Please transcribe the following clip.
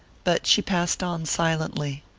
but she passed on silently.